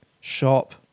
Shop